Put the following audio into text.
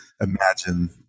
imagine